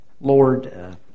Lord